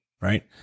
right